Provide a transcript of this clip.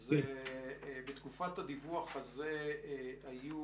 אז בתקופת הדיווח הזה היו